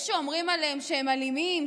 יש שאומרים עליהם שהם אלימים,